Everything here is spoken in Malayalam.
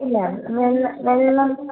ഇല്ല വെള്ളം വെള്ളം